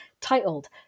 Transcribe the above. titled